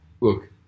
look